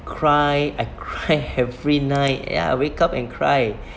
cry I cry every night ya I wake up and cry